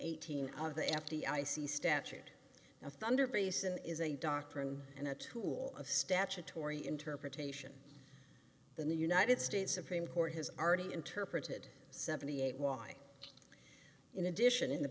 eighteen of the f d i c statute a thunder basin is a doctrine and a tool of statutory interpretation than the united states supreme court has already interpreted seventy eight why in addition in the